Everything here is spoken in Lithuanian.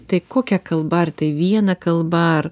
tai kokia kalba ar tai viena kalba ar